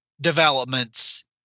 developments